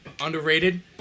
underrated